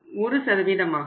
1 ஆகும்